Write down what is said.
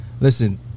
Listen